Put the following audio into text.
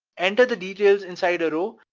enter the details inside a row,